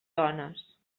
dones